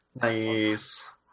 Nice